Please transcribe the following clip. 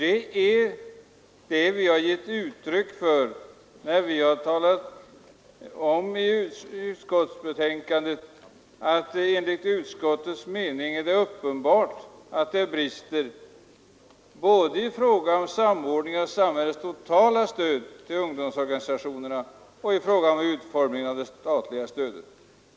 Detta har vi givit uttryck för när vi i betänkandet har skrivit att det enligt utskottets mening är uppenbart ”att det brister både i fråga om samordningen av samhällets totala stöd till ungdomsorganisationerna och i fråga om utformningen av det statliga stödet”.